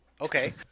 Okay